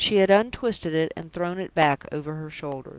she had untwisted it, and thrown it back over her shoulders.